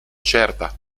certa